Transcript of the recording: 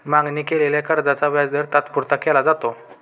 मागणी केलेल्या कर्जाचा व्याजदर तात्पुरता केला जातो